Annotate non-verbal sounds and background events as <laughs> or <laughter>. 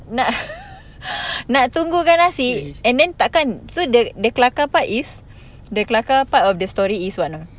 nak <laughs> nak tunggukan nasi and then takkan so the the kelakar part is the kelakar part of the story is what know